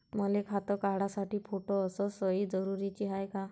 मले खातं काढासाठी फोटो अस सयी जरुरीची हाय का?